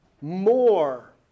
more